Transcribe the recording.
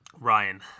Ryan